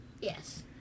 Yes